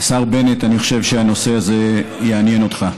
השר בנט, אני חושב שהנושא הזה יעניין אותך,